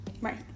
Right